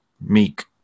Meek